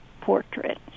portrait